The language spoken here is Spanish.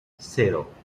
cero